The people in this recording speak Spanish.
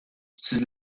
sus